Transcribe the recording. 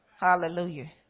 Hallelujah